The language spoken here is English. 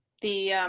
the